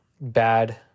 bad